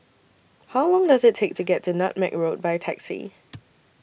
How Long Does IT Take to get to Nutmeg Road By Taxi